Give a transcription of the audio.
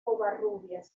covarrubias